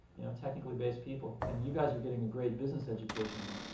you know, technically-based people. and you guys are getting a great business education here.